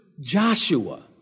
Joshua